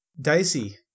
Dicey